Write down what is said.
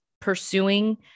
pursuing